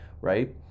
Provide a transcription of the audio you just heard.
right